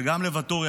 וגם לוואטורי,